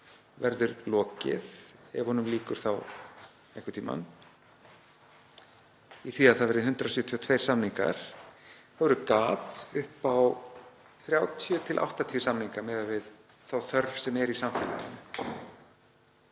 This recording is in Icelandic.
verður lokið, ef honum lýkur þá einhvern tímann í því að það verði 172 samningar, þá verður gat upp á 30–80 samninga miðað við þá þörf sem er í samfélaginu.